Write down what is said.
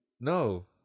No